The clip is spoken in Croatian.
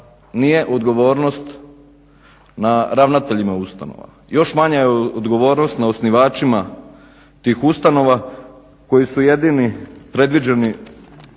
nije odgovornost na ravnateljima ustanova. Još manja je odgovornost na osnivačima tih ustanova koji su jedini predviđeni